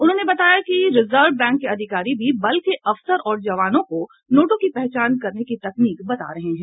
उन्होंने कहा कि रिवर्ज बैंक के अधिकारी भी बल के अफसर और जवानों को नोटों की पहचान करने की तकनीक बता रहे हैं